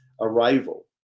arrival